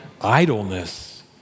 idleness